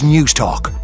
Newstalk